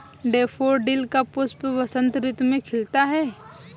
daffodil का पुष्प बसंत ऋतु में खिलता है